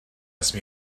asked